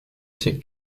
ces